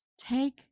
Take